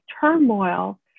turmoil